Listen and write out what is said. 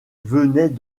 venaient